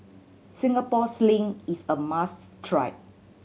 Singapore Sling is a must try